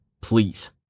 please